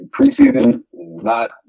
preseason—not